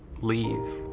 leave?